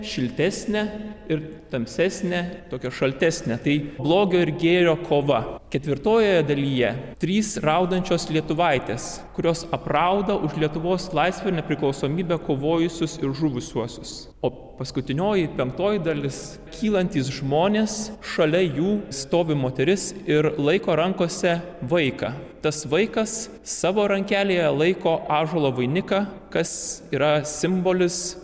šviesesnę šiltesnę ir tamsesnę tokią šaltesnę tai blogio ir gėrio kova ketvirtojoje dalyje trys raudančios lietuvaitės kurios aprauda už lietuvos laisvę nepriklausomybę kovojusius ir žuvusiuosius o paskutinioji penktoji dalis kylantys žmonės šalia jų stovi moteris ir laiko rankose vaiką tas vaikas savo rankelėje laiko ąžuolo vainiką kas yra simbolis